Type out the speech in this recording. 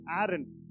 Aaron